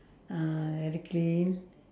uh very clean